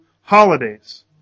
holidays